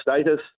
status